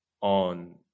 on